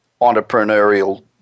entrepreneurial